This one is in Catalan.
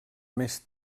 més